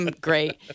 Great